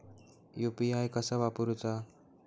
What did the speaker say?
UPI कसा वापरूचा?